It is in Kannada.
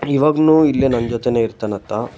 ಇವಾಗ್ನೂ ಇಲ್ಲೇ ನನ್ನ ಜೊತೆನೇ ಇರ್ತಾನಾತ